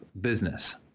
business